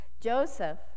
Joseph